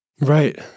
Right